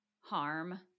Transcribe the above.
harm